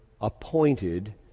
appointed